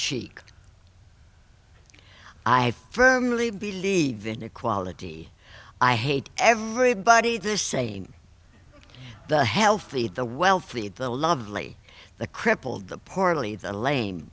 cheek i firmly believe in equality i hate everybody this saying the healthy the wealthy the lovely the crippled the